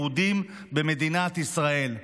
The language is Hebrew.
יהודים במדינת ישראל,